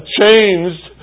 changed